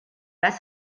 pas